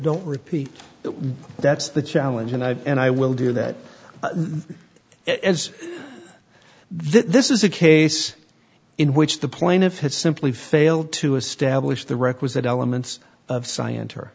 don't repeat that that's the challenge and i and i will do that as this is a case in which the plaintiff has simply failed to establish the requisite elements of scien